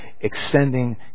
extending